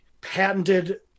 patented